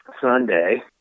Sunday